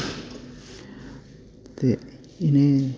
ते इ'नें